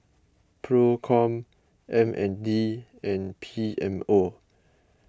Procom M N D and P M O